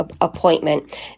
appointment